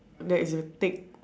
that is a thick